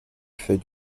fait